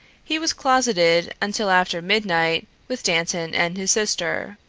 he was closeted until after midnight with dantan and his sister.